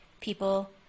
people